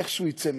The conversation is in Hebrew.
איכשהו יצא משם.